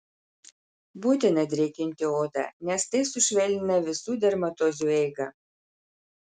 būtina drėkinti odą nes tai sušvelnina visų dermatozių eigą